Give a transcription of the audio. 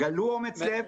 גלו אומץ לב,